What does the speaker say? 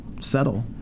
settle